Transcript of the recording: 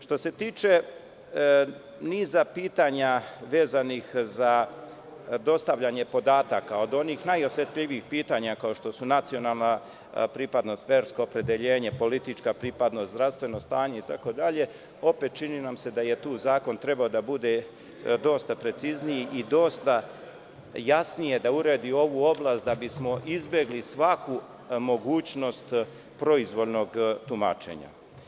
Što se tiče niza pitanja vezanih za dostavljanje podataka, od onih najosetljivijih pitanja, kao što su nacionalna pripadnost, versko opredeljenje, politička pripadnost, zdravstveno stanje itd, opet nam se čini da je tu zakon trebao da bude dosta precizniji i dosta jasnije da uredi ovu oblast, kako bismo izbegli svaku mogućnost proizvoljnog tumačenja.